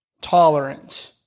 tolerance